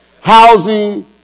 housing